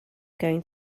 going